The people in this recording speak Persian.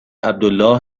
عبدالله